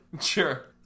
Sure